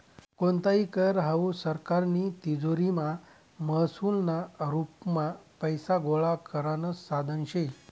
कोणताही कर हावू सरकारनी तिजोरीमा महसूलना रुपमा पैसा गोळा करानं साधन शे